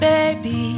Baby